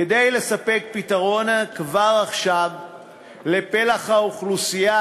כדי לספק פתרון כבר עכשיו לפלח האוכלוסייה